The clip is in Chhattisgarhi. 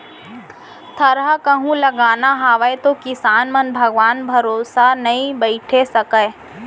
थरहा कहूं लगाना हावय तौ किसान मन भगवान भरोसा नइ बइठे सकयँ